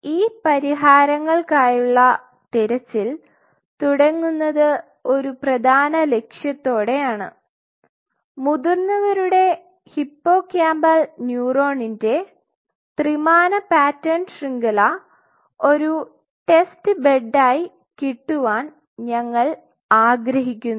ഈ പരിഹാരങ്ങൾകായുള്ള തിരച്ചിൽ തുടങ്ങുന്നത് ഒരു പ്രധാന ലക്ഷ്യത്തോടെയാണ് മുതിർന്നവരുടെ ഹിപ്പോകാമ്പൽ ന്യൂറോണിന്റെ ത്രിമാന പാറ്റേൺ ശൃംഖല ഒരു ടെസ്റ്റ് ബെഡ് ആയി കിട്ടുവാൻ ഞങ്ങൾ ആഗ്രഹിക്കുന്നു